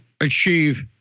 achieve